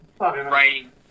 writing